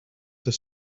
the